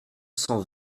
cent